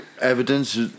evidence